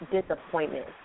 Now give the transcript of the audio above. disappointment